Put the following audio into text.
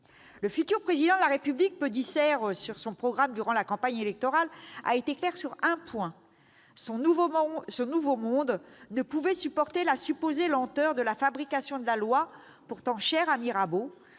Le futur Président de la République, peu disert sur son programme durant la campagne électorale, a été clair sur un point : son nouveau monde ne pouvait supporter la supposée lenteur de la fabrication de la loi, pourtant chère à Mirabeau,